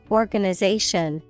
organization